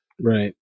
Right